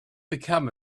become